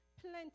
plenty